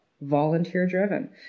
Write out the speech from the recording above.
volunteer-driven